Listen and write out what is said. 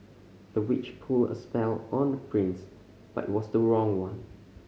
the witch put a spell on the prince but it was the wrong one